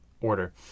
order